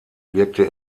wirkte